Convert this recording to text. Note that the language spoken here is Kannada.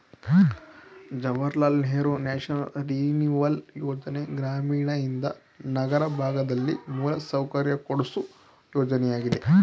ಜವಾಹರ್ ಲಾಲ್ ನೆಹರೂ ನ್ಯಾಷನಲ್ ರಿನಿವಲ್ ಯೋಜನೆ ಗ್ರಾಮೀಣಯಿಂದ ನಗರ ಭಾಗದಲ್ಲಿ ಮೂಲಸೌಕರ್ಯ ಕೊಡ್ಸು ಯೋಜನೆಯಾಗಿದೆ